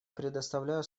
предоставляю